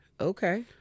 Okay